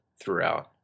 throughout